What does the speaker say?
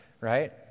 right